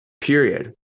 period